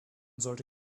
sollte